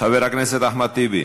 חבר הכנסת אחמד טיבי.